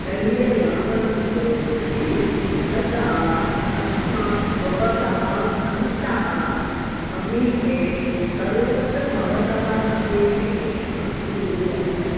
शरीरयापनं करोति तदा तस्माक् भवतः अन्तः समीपे सर्वत्र भवतः समीपे शान्तिः अभवत्